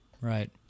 Right